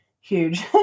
huge